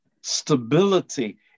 Stability